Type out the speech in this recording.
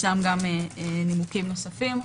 יש נימוקים נוספים.